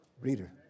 Reader